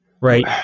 right